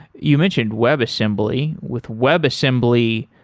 you mentioned web assembly. with web assembly,